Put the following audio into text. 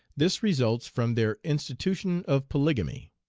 this results from their institution of polygamy.